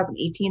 2018